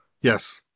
Yes